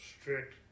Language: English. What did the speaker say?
strict